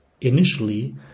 Initially